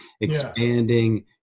expanding